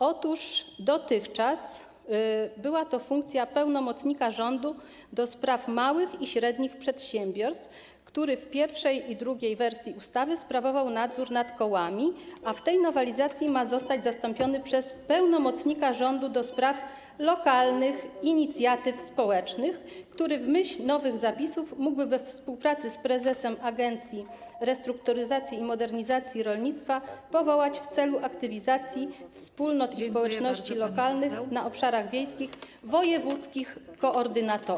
Otóż dotychczas była to funkcja pełnomocnika rządu do spraw małych i średnich przedsiębiorstw, który w pierwszej i drugiej wersji ustawy sprawował nadzór nad kołami, a w tej nowelizacji ma zostać zastąpiony przez pełnomocnika rządu do spraw lokalnych inicjatyw społecznych, który w myśl nowych zapisów mógłby we współpracy z prezesem Agencji Restrukturyzacji i Modernizacji Rolnictwa powołać w celu aktywizacji wspólnot i społeczności lokalnych na obszarach wiejskich wojewódzkich koordynatorów.